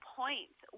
points